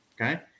okay